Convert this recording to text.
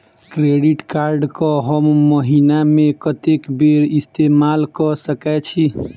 Credit card कऽ हम महीना मे कत्तेक बेर इस्तेमाल कऽ सकय छी?